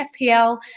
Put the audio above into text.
FPL